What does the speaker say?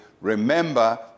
remember